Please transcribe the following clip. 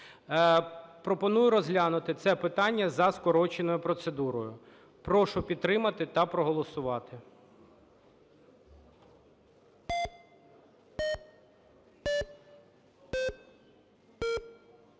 Пропоную розглянути це питання за скороченою процедурою. Прошу підтримати та проголосувати.